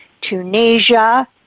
Tunisia